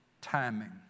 timing